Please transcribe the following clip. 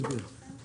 הצבעה 3 בעד, 5 נגד.